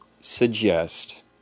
suggest